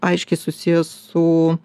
aiškiai susijęs su